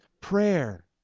prayer